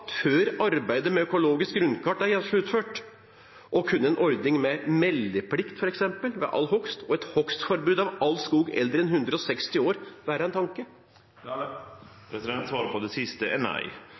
før arbeidet med økologisk grunnkart er sluttført? Kunne f.eks. en ordning med meldeplikt ved all hogst og et hogstforbud av all skog eldre enn 160 år være en